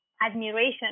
admiration